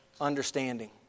understanding